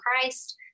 christ